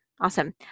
Awesome